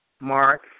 Mark